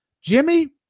Jimmy